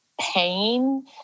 pain